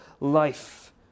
life